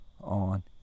on